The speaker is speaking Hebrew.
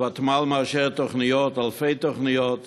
הוותמ"ל מאשר אלפי תוכניות.